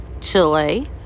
Chile